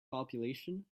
population